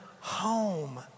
home